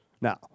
now